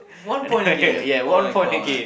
one point again oh my god